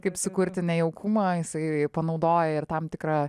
kaip sukurti nejaukumą jisai panaudoja ir tam tikrą